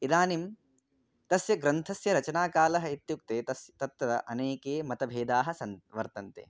इदानीं तस्य ग्रन्थस्य रचनाकालः इत्युक्ते तस् तत्र अनेके मतभेदाः सन् वर्तन्ते